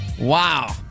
Wow